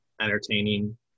entertaining